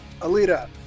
Alita